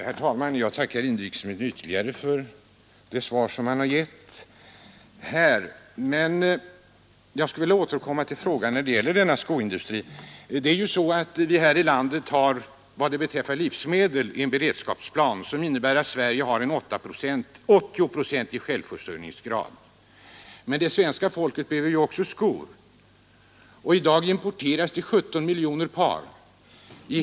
Herr talman! Jag tackar inrikesministern för det ytterligare besked han har gett, men jag skulle vilja återkomma till frågan om denna norrländska industri. Vi har ju här i landet vad beträffar livsmedel en beredskapsplan, som innebär att Sverige skall ha en 80-procentig självfö ningsgrad. Men det svenska folket behöver också skor. Man importerar 17 miljoner par om året.